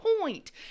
point